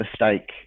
mistake